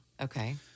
Okay